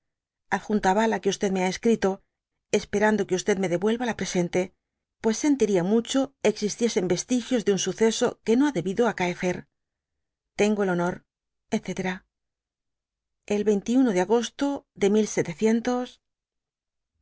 adjunta ya ik que o me ha escrito esperando que me devuelva la presente pues sentiria mucho existiesen vestigios de un suceso que no ha debido acaecer tengo ei honor etc de agosto de